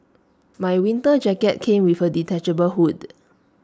my winter jacket came with A detachable hood